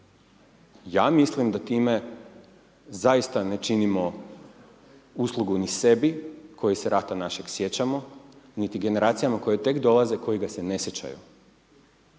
ja mislim da time zaista ne činimo uslugu ni sebi, koji se rata našeg sjećamo, niti generacijama koje tek dolaze, koji ga se ne sjećaju.